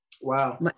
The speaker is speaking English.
wow